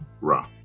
Ra